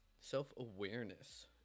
self-awareness